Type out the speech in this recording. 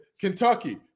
Kentucky